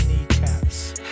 kneecaps